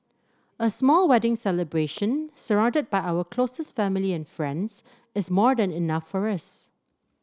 a small wedding celebration surrounded by our closest family and friends is more than enough for us